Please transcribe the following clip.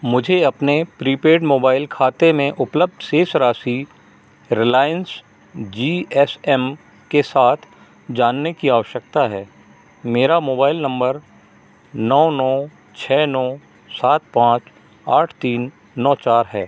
मुझे अपने prepaid mobile खाते में उपलब्ध शेष राशि रिलायंस जी एस एम के साथ जानने की आवश्यकता है मेरा मोबाइल नंबर नौ नौ छः नौ सात पाँच आठ तीन नौ चार है